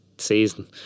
Season